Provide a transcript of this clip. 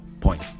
point